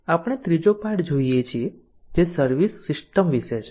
આપણે ત્રીજો પાઠ જોઈએ છીએ જે સર્વિસ સીસ્ટમ વિશે છે